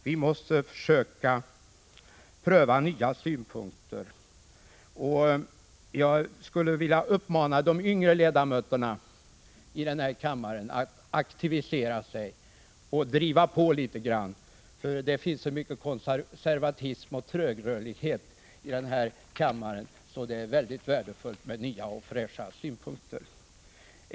Vi måste försöka pröva nya synpunkter. Jag skulle vilja uppmana de yngre ledamöterna i denna kammare att aktivera sig och driva på litet. Det finns nämligen så mycken konservatism och trögrörlighet i denna kammare att det vore mycket värdefullt med nya och fräscha synpunkter.